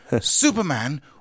superman